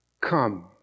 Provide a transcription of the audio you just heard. Come